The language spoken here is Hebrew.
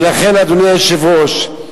ולכן, אדוני היושב-ראש,